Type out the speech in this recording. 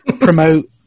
promote